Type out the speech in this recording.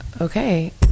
Okay